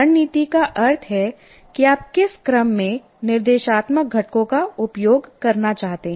रणनीति का अर्थ है कि आप किस क्रम में निर्देशात्मक घटकों का उपयोग करना चाहते हैं